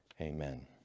Amen